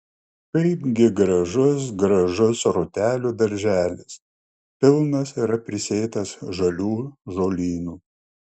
kaipgi gražus gražus rūtelių darželis pilnas yra prisėtas žalių žolynų